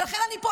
ולכן אני פה,